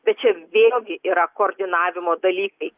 bet čia vėlgi yra koordinavimo dalykai